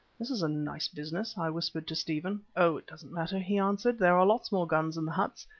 this is a nice business, i whispered to stephen. oh! it doesn't matter, he answered. there are lots more guns in the huts.